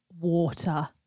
water